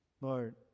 lord